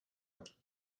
out